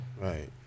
Right